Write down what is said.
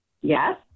Yes